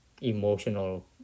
emotional